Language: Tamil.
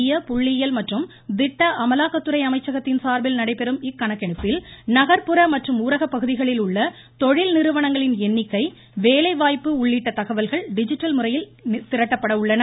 மத்திய புள்ளியியல் மற்றும் திட்ட அமலாக்கத்துறை அமைச்சகத்தின் சார்பில் நடைபெறும் இக்கணக்கெடுப்பில் நகர்புற மற்றும் ஊரக பகுதிகளில் உள்ள தொழில் நிறுவனங்களின் எண்ணிக்கை வேலை வாய்ப்பு உள்ளிட்ட தகவல்கள் டிஜிட்டல் முறையில் திரட்டப்பட உள்ளன